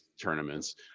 tournaments